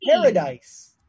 Paradise